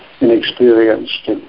inexperienced